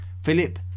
Philip